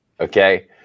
Okay